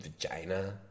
vagina